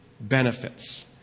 benefits